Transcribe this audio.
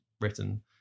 written